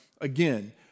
again